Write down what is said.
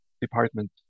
department